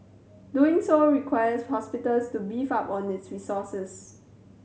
doing so requires hospitals to beef up on its resources